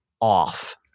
off